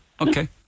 Okay